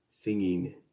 singing